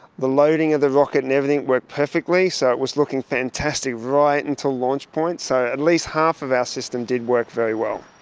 the loading of the rocket and everything worked perfectly, so it was looking fantastic right until launch point, so at least half of our system did work very well.